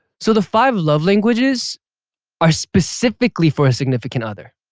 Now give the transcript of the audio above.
so the five love languages are specifically for a significant other.